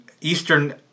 Eastern